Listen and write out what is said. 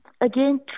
Again